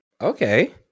Okay